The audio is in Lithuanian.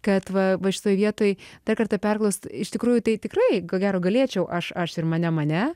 kad va va šitoj vietoj dar karta perklaust iš tikrųjų tai tikrai ko gero galėčiau aš aš ir mane mane